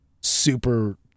super